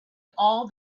all